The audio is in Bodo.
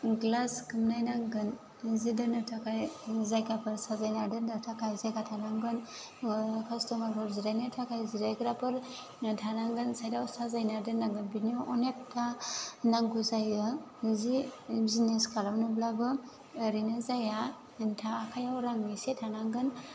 ग्लास खोबनाय नांगोन जि दोन्नो थाखाय जायगाफोर साजायना दोन्नो थाखाय जायगा थानांगोन कास्ट'मारफोर जिरायनो थाखाय जिरायग्राफोर थानांगोन साइडाव साजायना दोन्नांगोन बिदिनो अनेकथा नांगौ जायो जि बिजिनेस खालामनोब्लाबो ओरैनो जाया आनथा आखायाव रां एसे थानांगोन